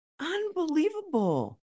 Unbelievable